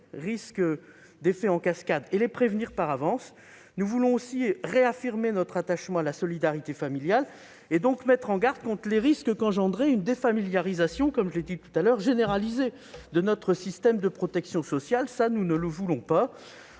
risques d'effets en cascade et les prévenir. Nous voulons aussi réaffirmer notre attachement à la solidarité familiale et donc mettre en garde contre les risques qu'engendrerait une défamiliarisation généralisée de notre système de protection sociale. Nous ne le voulons pas